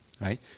right